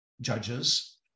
judges